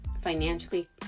financially